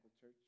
church